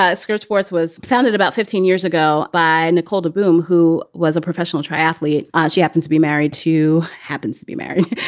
ah skirts sports was founded about fifteen years ago by nicole de boom, who was a professional triathlete. and ah she happens to be married to. happens to be married